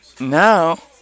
now